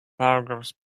paragraphs